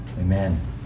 Amen